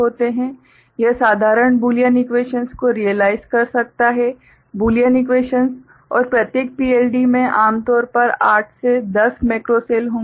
यह साधारण Boolean equations को रियलाइज कर सकता है बूलियन इक्वेशन्स और प्रत्येक PLD में आम तौर पर 8 से 10 मैक्रो सेल होंगे